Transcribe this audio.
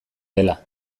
dela